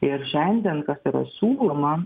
ir šiandien kas yra siūloma